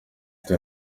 ati